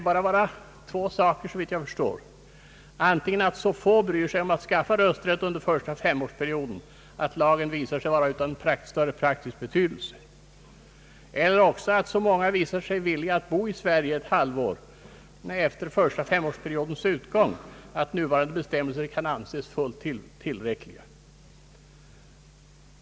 Det kan, såvitt jag förstår, bara vara två saker: antingen att så få utlandssvenskar bryr sig om att skaffa rösträtt under första femårsperioden att lagen visar sig vara utan större praktisk betydelse, eller också att så många visat sig villiga att bo i Sverige ett halvår efter första femårsperiodens utgång att nuvarande bestämmelser kan anses fullt tillräckliga.